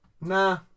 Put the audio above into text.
nah